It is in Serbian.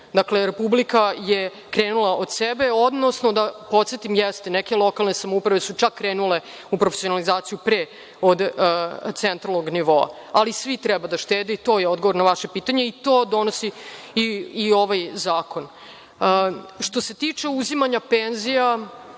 Dakle, Republika je krenula od sebe, odnosno, da podsetim, jeste, neke lokalne samouprave su čak krenule u profesionalizaciju pre centralnog nivoa, ali svi treba da štede i to je odgovor na vaše pitanje i to donosi i ovaj zakon. Što se tiče uzimanja penzija